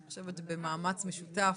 אני חושבת במאמץ משותף.